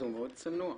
אז הוא מאוד צנוע.